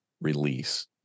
release